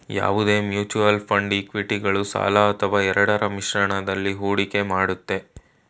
ಯಾವುದೇ mutual fund ಇಕ್ವಿಟಿಗಳು ಸಾಲ ಅಥವಾ ಎರಡರ ಮಿಶ್ರಣದಲ್ಲಿ ಹೂಡಿಕೆ ಮಾಡುತ್ತೆ